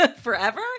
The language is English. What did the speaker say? forever